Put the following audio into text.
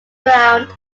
round